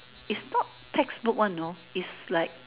is not textbook one you know is like